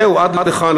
זהו, עד לכאן.